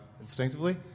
instinctively